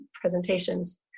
presentations